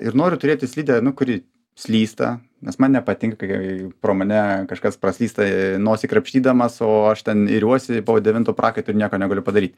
ir noriu turėti slidę nu kuri slysta nes man nepatinka kai pro mane kažkas praslysta nosį krapštydamas o aš ten iriuosi po devintu prakaitu ir nieko negaliu padaryti